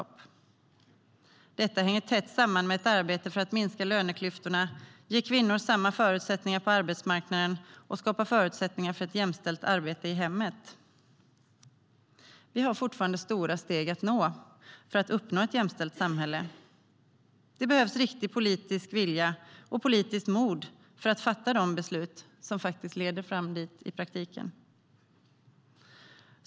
Det hänger tätt samman med ett arbete för att minska löneklyftorna, ge kvinnor samma förutsättningar som män på arbetsmarknaden och skapa förutsättningar för ett jämställt arbete i hemmet. Vi har fortfarande stora steg att ta för att uppnå ett jämställt samhälle. Det behövs riktig politisk vilja och politiskt mod för att fatta de beslut som i praktiken leder fram till det.